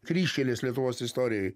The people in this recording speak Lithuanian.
kryžkelės lietuvos istorijoj